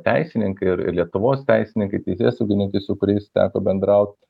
teisininkai ir ir lietuvos teisininkai teisėsaugininkai su kuriais teko bendraut